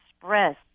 express